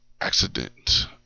Accident